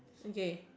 okay